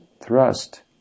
thrust